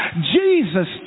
Jesus